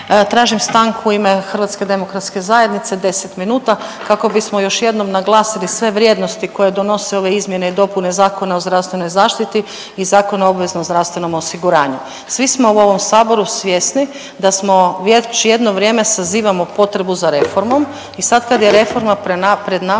Tražim stanku u ime Hrvatske demokratske zajednice 10 minuta kako bismo još jednom naglasili sve vrijednosti koje donose ove izmjene i dopune Zakona o zdravstvenoj zaštiti i Zakona o obveznom zdravstvenom osiguranju. Svi smo u ovom Saboru svjesni da smo, već jedno vrijem sazivamo potrebu za reformom. I sad kad je reforma pred nama